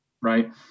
right